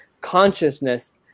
consciousness